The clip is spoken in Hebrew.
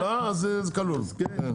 אם זו עמלה, אז זה כלול, כן.